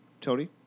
Tony